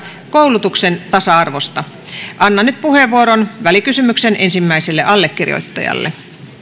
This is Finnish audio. koulutuksen tasa arvosta annan nyt puheenvuoron välikysymyksen ensimmäiselle allekirjoittajalle